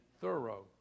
thorough